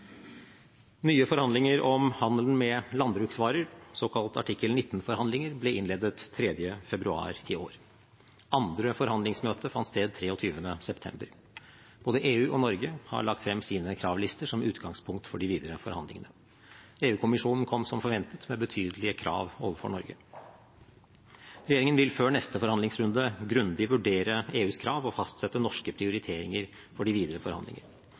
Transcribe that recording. Nye forhandlinger om handelen med landbruksvarer, såkalt artikkel 19-forhandlinger, ble innledet 3. februar i år. Andre forhandlingsmøte fant sted 23. september. Både EU og Norge har lagt frem sine kravlister som utgangspunkt for de videre forhandlingene. EU-kommisjonen kom, som forventet, med betydelige krav overfor Norge. Regjeringen vil før neste forhandlingsrunde grundig vurdere EUs krav og fastsette norske prioriteringer for de videre forhandlinger.